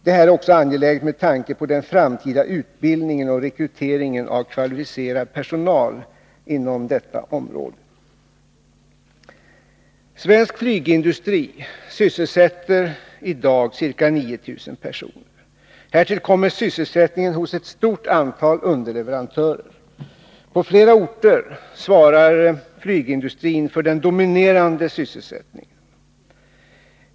Det är också angeläget med tanke på den framtida utbildningen och rekryteringen av kvalificerad personal inom detta område. Svensk flygindustri sysselsätter i dag ca 9 000 personer. Härtill kommer sysselsättningen hos ett stort antal underleverantörer. På flera orter svarar flygindustrin för den dominerande sysselsättningen.